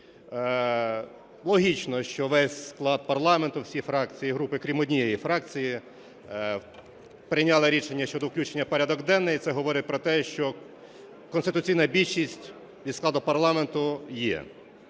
Логічно, що весь склад парламенту, всі фракції і групи, крім однієї фракції, прийняли рішення щодо включення в порядок денний. І це говорить про те, що конституційна більшість від складу парламенту є.